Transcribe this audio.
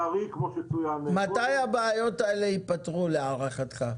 מתי הבעיות האלה ייפתרו, להערכתך?